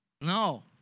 No